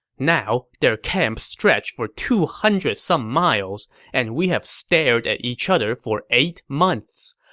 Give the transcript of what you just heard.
now, their camps stretch for two hundred some miles, and we have stared at each other for eight months.